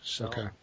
Okay